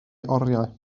oriau